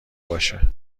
باشه